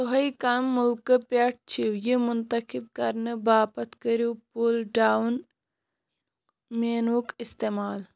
تُہۍ کَم مُلکہٕ پٮ۪ٹھ چھِو یہِ منتخب کَرنہٕ باپتھ کٔرِو پُل ڈاوُن مینوٗہُک اِستعمال